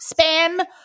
spam